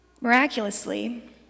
Miraculously